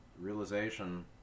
realization